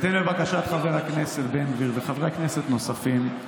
שבהתאם לבקשת חבר הכנסת בן גביר וחברי כנסת נוספים,